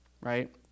right